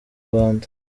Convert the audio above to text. rwanda